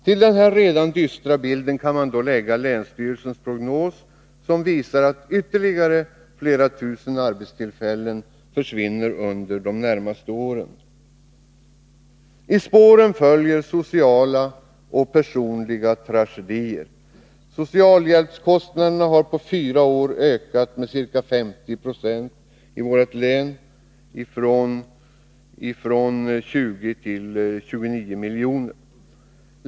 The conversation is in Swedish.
Till den här redan dystra bilden kan man foga länsstyrelsens prognos som visar att ytterligare flera tusen arbetstillfällen försvinner under de närmaste åren. I spåren följer sociala och personliga tragedier. Socialhjälpskostnaderna har på fyra år ökat med ca 50 Yo i vårt län — från 20 miljoner till 29 miljoner.